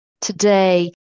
Today